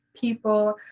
people